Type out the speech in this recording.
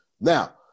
now